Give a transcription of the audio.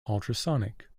ultrasonic